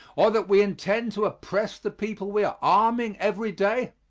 or that we intend to oppress the people we are arming every day?